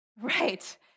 Right